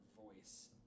voice